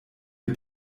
wir